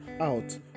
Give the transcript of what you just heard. Out